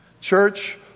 Church